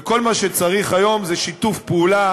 וכל מה שצריך היום זה שיתוף פעולה